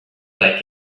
like